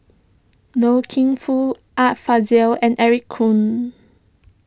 Loy Keng Foo Art Fazil and Eric Khoo